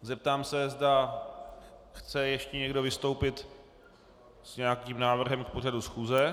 Zeptám se, zda chce ještě někdo vystoupit s nějakým návrhem k pořadu schůze.